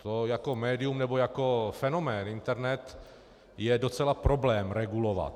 To jako médium nebo jako fenomén internet je docela problém regulovat.